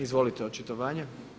Izvolite očitovanje.